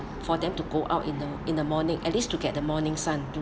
for them to go out in the in the morning at least to get the morning sun